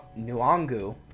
Nuangu